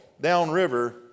downriver